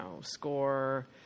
score